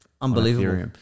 Unbelievable